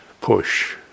push